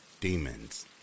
demons